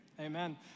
Amen